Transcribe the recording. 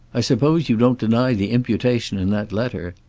i suppose you don't deny the imputation in that letter.